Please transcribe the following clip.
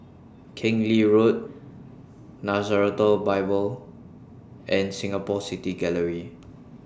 Keng Lee Road Nazareth Bible and Singapore City Gallery